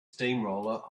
steamroller